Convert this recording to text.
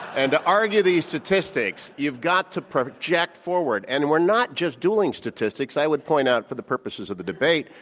and to argue these statistics, you've got to project forward, and we're not just doing statistics. i would point out for the purposes of the debate,